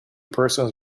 persons